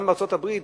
גם בארצות-הברית,